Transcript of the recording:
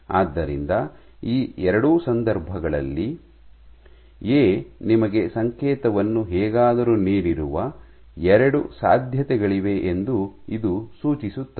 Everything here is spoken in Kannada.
ಆದ್ದರಿಂದ ಈ ಎರಡೂ ಸಂದರ್ಭಗಳಲ್ಲಿ ಎ ನಿಮಗೆ ಸಂಕೇತವನ್ನು ಹೇಗಾದರೂ ನೀಡಿರುವ ಎರಡು ಸಾಧ್ಯತೆಗಳಿವೆ ಎಂದು ಇದು ಸೂಚಿಸುತ್ತದೆ